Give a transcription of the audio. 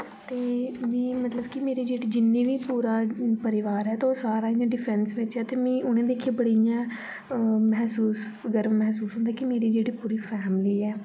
ते में मतलब कि मेरे जिन्ने बी पुरा परिवार ऐ ते ओह् सारा गै डिफेंस बिच्च ऐ ते मी उनेई दिक्खियै बड़ी इ'यां महसुस गर्व महसूस होंदा की मेरी जेह्ड़ी पुरी फैमिली गै